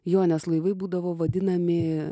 jo nes laivai būdavo vadinami